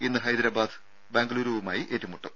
ഇന്ന് ഹൈദരാബാദ് ബംഗളൂരുവുമായി ഏറ്റുമുട്ടും